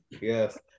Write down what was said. Yes